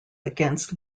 against